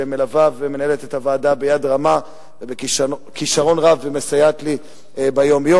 שמלווה ומנהלת את הוועדה ביד רמה ובכשרון רב ומסייעת לי ביום-יום.